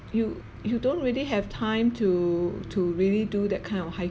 you you don't really have time to to really do that kind of hiking